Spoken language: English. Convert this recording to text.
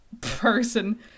person